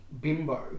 bimbo